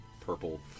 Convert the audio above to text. Purple